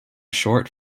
short